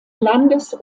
landes